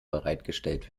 bereitgestellt